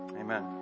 Amen